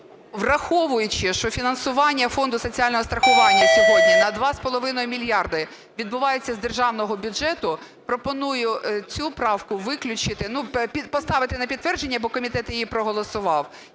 Враховуючи, що фінансування Фонду соціального страхування сьогодні на 2,5 мільярда відбувається з державного бюджету, пропоную цю правку виключити, поставити на підтвердження, бо комітет її проголосував,